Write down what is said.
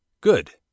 Good